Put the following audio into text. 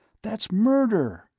that's murder!